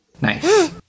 Nice